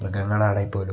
മൃഗങ്ങളാണേൽ പോലും